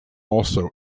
also